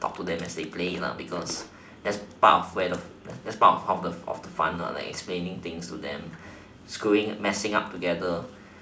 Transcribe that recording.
talk to them as they play it because that's part of where the that's part of the fun like explaining things to them screwing messing up together